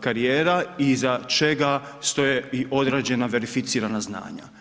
karijera i iza čega stoje i određena verificirana znanja.